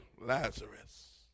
Lazarus